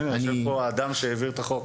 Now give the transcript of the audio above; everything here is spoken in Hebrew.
הנה, יושב פה האדם שהעביר את החוק.